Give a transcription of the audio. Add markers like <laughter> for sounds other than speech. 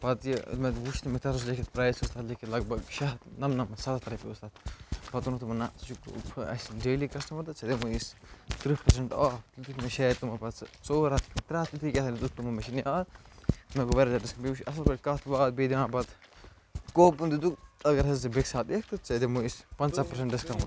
پَتہٕ یہِ مےٚ وُچھ تہٕ مےٚ تتھ اوس لیٚکھتھ پرٛایس اوس تَتھ لیٚکِتھ لگ بھگ شےٚ ہَتھ نَمنَمتھ سَتھ ہَتھ رۄپیہِ اوس تتھ لیٚکھِتھ پَتہٕ ووٚنُن دوٚپُن نَہ ژٕ چھُکھ اسہِ ڈیلی کسٹمَر تہٕ ژےٚ دِمہوے أسۍ تٕرٛہ پٔرسنٛٹ آف <unintelligible> شایَد تِمو پتہٕ سُہ ژور ہَتھ کِنہٕ ترٛےٚ ہَتھ رۄپیہِ کیٚتھانۍ دیٛتُکھ تمو مےٚ چھُنہٕ یاد مےٚ گوٚو واریاہ زیادٕ ڈسکاوُنٛٹ <unintelligible> مےٚ وُچھ اصٕل پٲٹھۍ کَتھ باتھ بیٚیہِ دِوان پتہٕ کوپٕن دیٛتُکھ اگرحظ ژٕ بیٚیہِ ساتہٕ یِکھ تہٕ ژےٚ دِمہوے أسۍ پَنٛژاہ پٔرسنٛٹ ڈِسکاونٛٹ